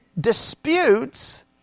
disputes